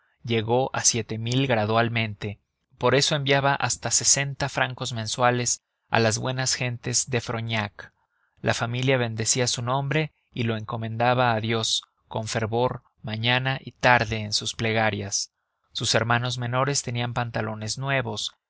llegó a siete mil gradualmente por eso enviaba hasta sesenta francos mensuales a las buenas gentes de frognac la familia bendecía su nombre y lo encomendaba a dios con fervor mañana y tarde en sus plegarias sus hermanos menores tenían pantalones nuevos